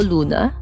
Luna